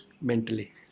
mentally